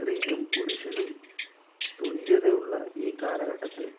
സ്ത്രീയും പുരുഷനും തുല്യത ഉള്ള ഈ കാലഘട്ടത്ത്